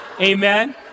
Amen